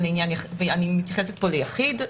ואני מתייחסת פה ליחיד,